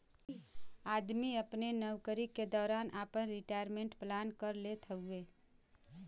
आदमी अपने नउकरी के दौरान आपन रिटायरमेंट प्लान कर लेत हउवे